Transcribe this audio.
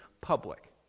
public